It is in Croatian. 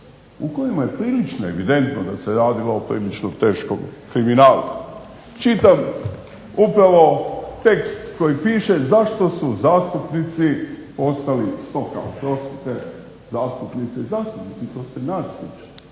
u kojima je prilično evidentno da se radilo o prilično teškom kriminalu. Čitam upravo tekst koji piše zašto su zastupnici ostali stoka, oprostite zastupnice i zastupnici, to se nas tiče.